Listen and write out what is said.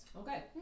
Okay